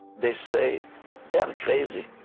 they say they are crazy.